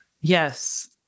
Yes